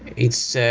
it's ah